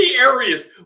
areas